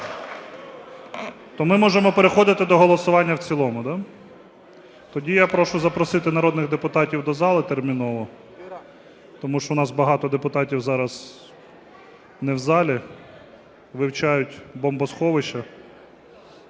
То ми можемо переходити до голосування в цілому. Тоді я прошу запросити народних депутатів до зали терміново, тому що в нас багато депутатів зараз не в залі, вивчають бомбосховища.